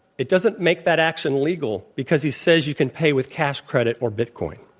it doesn't make that action legal because he says you can pay with cash, credit, or bitcoin.